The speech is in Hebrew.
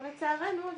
ולצערנו,